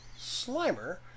Slimer